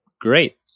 great